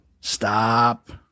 Stop